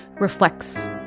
reflects